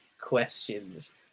questions